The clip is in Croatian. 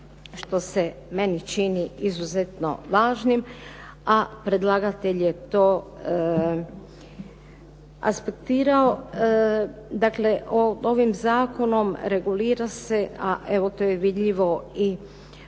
što se meni čini izuzetno važnim, a predlagatelj je to aspektirao, dakle ovim zakonom regulira se, a evo to je vidljivo i